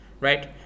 right